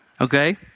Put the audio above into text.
Okay